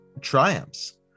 triumphs